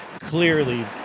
clearly